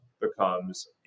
becomes